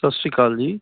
ਸਤਿ ਸ਼੍ਰੀ ਅਕਾਲ ਜੀ